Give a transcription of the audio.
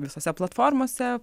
visose platformose